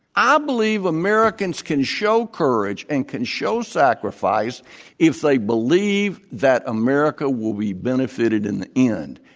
i believe americans can show courage and can show sacrifice if they believe that america will be benefited in the end.